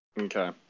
Okay